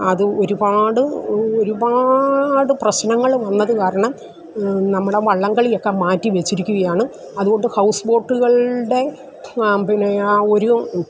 അതും ഒരുപാട് ഒരുപാട് പ്രശ്നങ്ങൾ വന്നത് കാരണം നമ്മുടെ വള്ളം കളിയൊക്കെ മാറ്റിവെച്ചിരിക്കുകയാണ് അത് കൊണ്ട് ഹൌസ് ബോട്ടുകളുടെ പിന്നെ ആ ഒരു